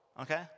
okay